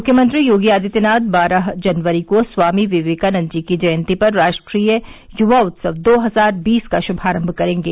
मख्यमंत्री योगी आदित्यनाथ बारह जनवरी को स्वामी विवेकानंद जी की जयंती पर राष्ट्रीय युवा उत्सव दो हजार बीस का शुभारम्भ करेंगे